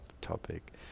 topic